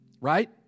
right